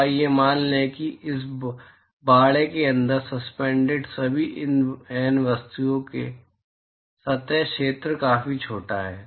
तो आइए मान लें कि इस बाड़े के अंदर सस्पेंडेड सभी एन वस्तुओं का सतह क्षेत्र काफी छोटा है